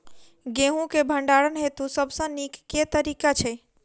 गेंहूँ केँ भण्डारण हेतु सबसँ नीक केँ तरीका छै?